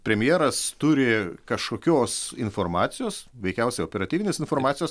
premjeras turi kažkokios informacijos veikiausiai operatyvinės informacijos